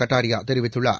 கட்டாரியா தெரிவித்துள்ளார்